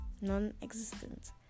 non-existent